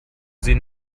sie